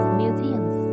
museums